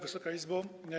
Wysoka Izbo!